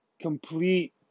complete